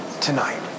tonight